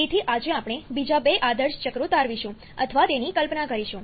તેથી આજે આપણે બીજા બે આદર્શ ચક્રો તારવીશું અથવા તેની કલ્પના કરીશું